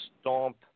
stomp